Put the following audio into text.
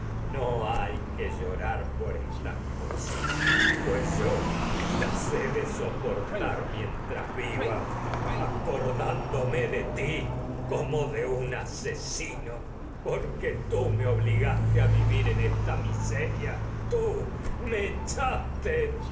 no hay que llorar por estas yo cosas pues las he de soportar mientras viva acor un dándome de ti como de asesino porque tú me obli gaste a vivir en esta miseria tuya voy tento tú me echaste